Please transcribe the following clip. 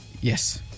Yes